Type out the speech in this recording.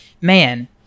Man